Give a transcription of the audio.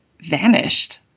vanished